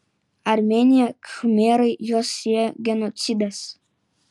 armėnija khmerai juos sieja genocidas